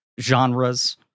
genres